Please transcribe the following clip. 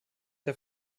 der